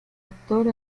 actor